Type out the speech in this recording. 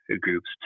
groups